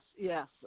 yes